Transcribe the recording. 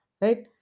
right